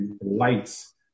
lights